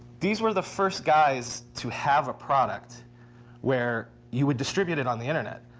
these were the first guys to have a product where you would distribute it on the internet.